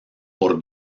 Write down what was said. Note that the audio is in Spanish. por